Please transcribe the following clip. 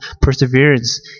perseverance